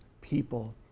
people